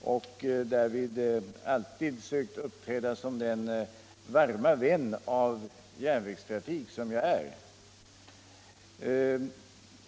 och därvid alltid sökt uppträda som den varma vän av järnvägstrafik som jag är.